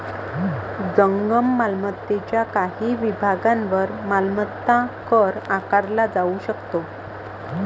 जंगम मालमत्तेच्या काही विभागांवर मालमत्ता कर आकारला जाऊ शकतो